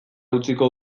utziko